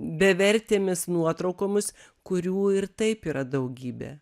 bevertėmis nuotraukomis kurių ir taip yra daugybė